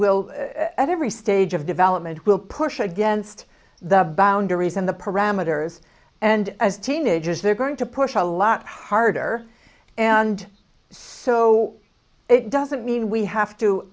will at every stage of development will push against the boundaries and the parameters and as teenagers they're going to push a lot harder and so it doesn't mean we have t